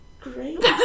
great